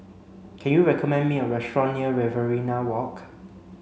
can you recommend me a restaurant near Riverina Walk